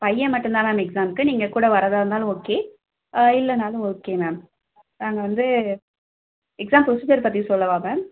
பையன் மட்டும் தான் மேம் எக்ஸாம்க்கு நீங்கள் கூட வரதா இருந்தாலும் ஓகே இல்லைனாலும் ஓகே மேம் நாங்கள் வந்து எக்ஸாம் ப்ரோஸிஜர் பற்றி சொல்லவா மேம்